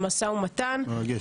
אוקיי.